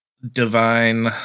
divine